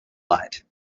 light